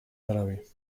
árabe